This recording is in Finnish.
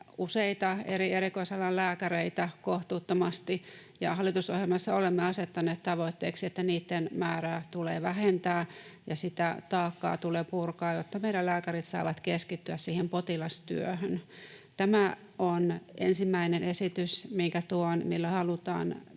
useita eri erikoisalan lääkäreitä, kohtuuttomasti. Hallitusohjelmassa olemme asettaneet tavoitteeksi, että niitten määrää tulee vähentää ja sitä taakkaa tulee purkaa, jotta meidän lääkärit saavat keskittyä siihen potilastyöhön. Tämä, minkä tuon, on ensimmäinen esitys, millä halutaan